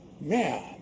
man